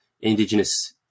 indigenous